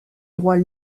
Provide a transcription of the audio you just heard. droit